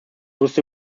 wusste